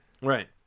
right